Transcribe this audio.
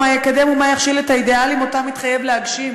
מה יקדם ומה יכשיל את האידיאלים שאותם התחייב להגשים."